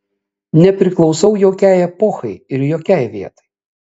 nepriklausau jokiai epochai ir jokiai vietai